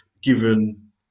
given